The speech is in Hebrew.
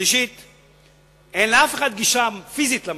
3. אין לאף אחד גישה פיזית למאגר.